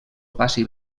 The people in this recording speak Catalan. passi